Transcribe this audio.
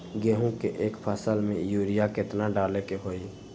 गेंहू के एक फसल में यूरिया केतना डाले के होई?